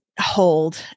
hold